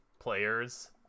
players